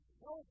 no